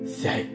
say